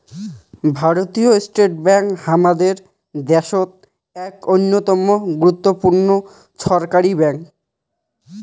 ভারতীয় state bank হামাদের দ্যাশোত এক অইন্যতম গুরুত্বপূর্ণ ছরকারি ব্যাঙ্ক